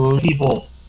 people